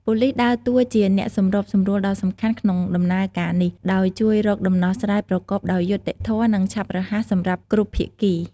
ប៉ូលិសដើរតួជាអ្នកសម្របសម្រួលដ៏សំខាន់ក្នុងដំណើរការនេះ ដោយជួយរកដំណោះស្រាយប្រកបដោយយុត្តិធម៌ និងឆាប់រហ័សសម្រាប់គ្រប់ភាគី។